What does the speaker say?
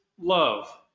love